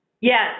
Yes